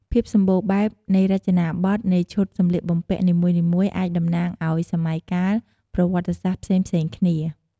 ភាពសម្បូរបែបនៃរចនាបថនៃឈុតសម្លៀកបំពាក់នីមួយៗ អាចតំណាងឱ្យ សម័យកាលប្រវត្តិសាស្ត្រផ្សេងៗគ្នា។